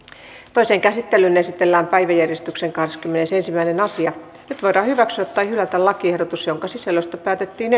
toiseen käsittelyyn esitellään päiväjärjestyksen kahdeskymmenesensimmäinen asia nyt voidaan hyväksyä tai hylätä lakiehdotus jonka sisällöstä päätettiin